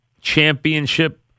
championship